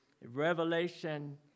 Revelation